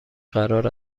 قرار